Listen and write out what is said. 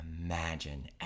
imagine